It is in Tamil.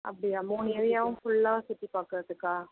அப்படியா மூணு ஏரியாவும் ஃபுல்லாக சுற்றி பார்க்கறத்துக்கா